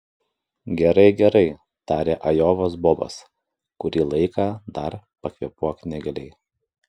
gerai gerai tarė ajovos bobas kurį laiką dar pakvėpuok negiliai